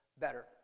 better